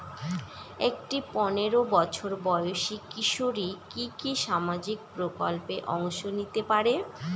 একটি পোনেরো বছর বয়সি কিশোরী কি কি সামাজিক প্রকল্পে অংশ নিতে পারে?